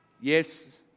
yes